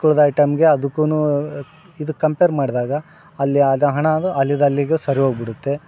ಮಿಕ್ಕುಳಿದ ಐಟಮ್ಗೆ ಅದಕ್ಕು ಇದು ಕಂಪೇರ್ ಮಾಡಿದಾಗ ಅಲ್ಲಿ ಆದ ಹಣ ಅದು ಅಲ್ಲಿದು ಅಲ್ಲಿಗೆ ಸರಿ ಹೋಗ್ಬಿಡತ್ತೆ